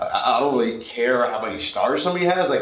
don't really care how many stars somebody has, like